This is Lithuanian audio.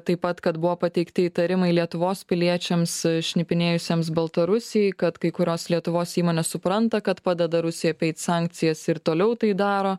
taip pat kad buvo pateikti įtarimai lietuvos piliečiams šnipinėjusiems baltarusijai kad kai kurios lietuvos įmonės supranta kad padeda rusijai apeit sankcijas ir toliau tai daro